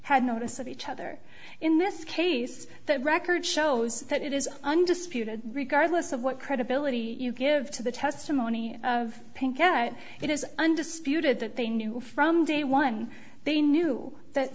had notice of each other in this case that record shows that it is undisputed regardless of what credibility you give to the testimony of pink that it is undisputed that they knew from day one they knew that